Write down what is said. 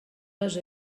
les